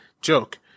joke